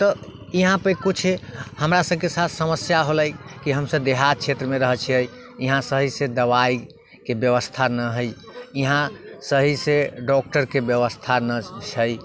तऽ यहाँपर कुछ हमरा सबके साथ समस्या होलै की हमसब देहात क्षेत्रमे रहै छियै यहाँ सहीसँ दबाइके व्यवस्था नहि हय यहाँ सहीसँ डॉक्टरके व्यवस्था नहि छै